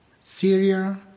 Syria